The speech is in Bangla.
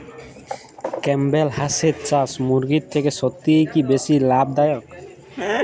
ক্যাম্পবেল হাঁসের চাষ মুরগির থেকে সত্যিই কি বেশি লাভ দায়ক?